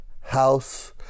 House